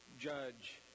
judge